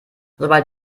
sobald